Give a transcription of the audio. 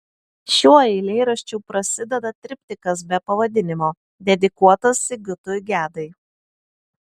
šiuo eilėraščiu prasideda triptikas be pavadinimo dedikuotas sigitui gedai